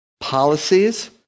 policies